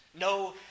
No